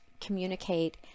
communicate